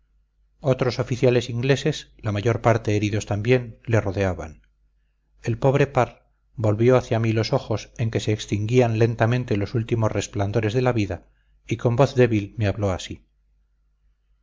otros oficiales ingleses la mayor parte heridos también le rodeaban el pobre parr volvió hacia mí los ojos en que se extinguían lentamente los últimos resplandores de la vida y con voz débil me habló así